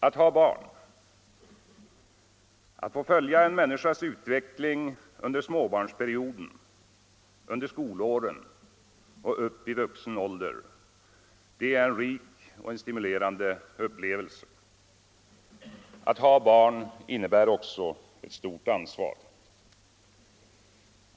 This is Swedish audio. Att ha barn — att få följa en människas utveckling under småbarnsperioden, under skolåren och upp i vuxen ålder — är en rik och stimulerande upplevelse. Att ha barn innebär också ett stort ansvar.